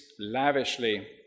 lavishly